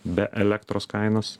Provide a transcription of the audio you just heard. be elektros kainos